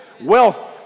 wealth